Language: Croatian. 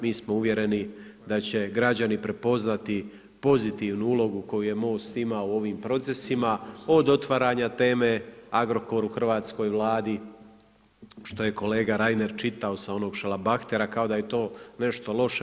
Mi smo uvjereni da će građani prepoznati pozitivnu ulogu koju je MOST imao u ovim procesima, od otvaranja teme Agrokor u hrvatskoj Vladi, što je kolega Reiner čitao sa onog šalabahtera kao da je to nešto loše.